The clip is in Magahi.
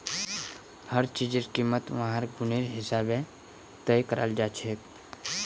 हर चीजेर कीमत वहार गुनेर हिसाबे तय कराल जाछेक